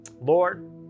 Lord